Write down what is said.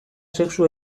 sexu